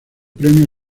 premio